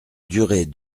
durée